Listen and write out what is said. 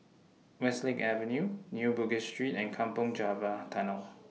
Westlake Avenue New Bugis Street and Kampong Java Tunnel